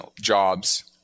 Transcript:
jobs